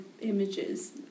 images